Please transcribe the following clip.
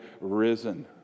risen